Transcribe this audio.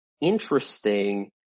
interesting